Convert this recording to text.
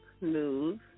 news